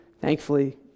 Thankfully